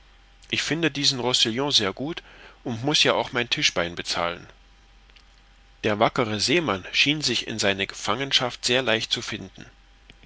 ich finde diesen roussillon sehr gut und muß ja auch mein tischbein bezahlen der wackere seemann schien sich in feine gefangenschaft sehr leicht zu finden